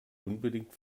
unbedingt